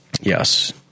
Yes